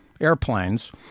airplanes